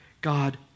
God